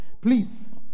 please